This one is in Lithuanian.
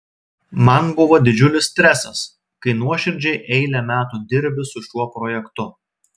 man buvo didžiulis stresas kai nuoširdžiai eilę metų dirbi su šiuo projektu